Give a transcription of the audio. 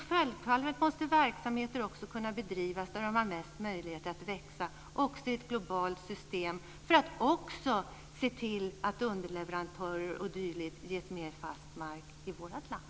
Självfallet måste verksamheter kunna bedrivas där de har bäst möjlighet att växa i ett globalt system för att också se till att underleverantörer och dylikt ges mer fast mark i vårt land.